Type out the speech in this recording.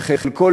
וחלקו,